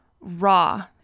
raw